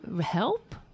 help